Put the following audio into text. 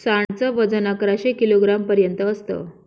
सांड च वजन अकराशे किलोग्राम पर्यंत असत